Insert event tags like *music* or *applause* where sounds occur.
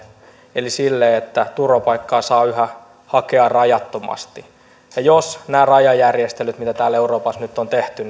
eli sille että turvapaikkaa saa yhä hakea rajattomasti jos nämä rajajärjestelyt mitä täällä euroopassa nyt on tehty *unintelligible*